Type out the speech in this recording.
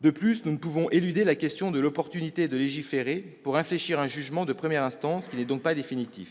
De plus, nous ne pouvons éluder la question de l'opportunité de légiférer pour infléchir un jugement de première instance, qui n'est donc pas définitif.